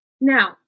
Now